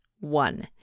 one